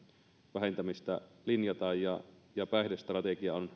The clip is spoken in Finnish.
vähentämistä linjataan ja myöskin päihdestrategia on